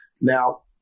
Now